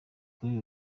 kuri